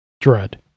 Dread